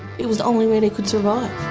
it was the only way they could survive.